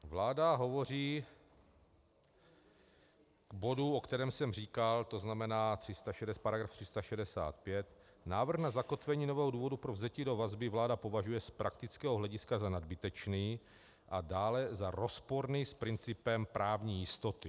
Vláda hovoří k bodu, o kterém jsem říkal, to znamená § 362: Návrh na zakotvení nového důvodu pro vzetí do vazby vláda považuje z praktického hlediska za nadbytečný a dále za rozporný s principem právní jistoty.